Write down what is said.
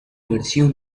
versión